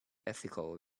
ethical